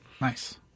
Nice